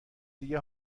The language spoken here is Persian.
دیگه